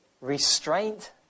Restraint